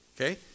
Okay